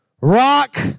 Rock